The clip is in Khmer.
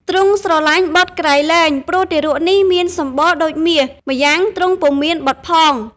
ទ្រង់ស្រឡាញ់បុត្រក្រៃលែង ព្រោះទារកនេះមានសម្បុរដូចមាស ម្យ៉ាងទ្រង់ពុំមានបុត្រផង។